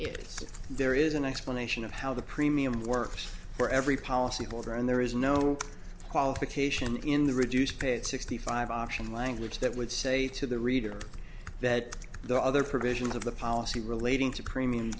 if there is an explanation of how the premium works for every policy holder and there is no qualification in the reduced paid sixty five option language that would say to the reader that there are other provisions of the policy relating to creami